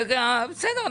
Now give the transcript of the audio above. בסדר.